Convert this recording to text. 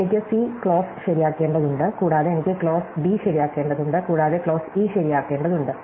എനിക്ക് C clause ശരിയാക്കേണ്ടതുണ്ട് കൂടാതെ എനിക്ക് ക്ലോസ് ഡി ശരിയാക്കേണ്ടതുണ്ട് കൂടാതെ ക്ലോസ് ഇ ശരിയാക്കേണ്ടതുണ്ട്